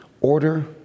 order